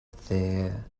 their